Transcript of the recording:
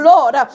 Lord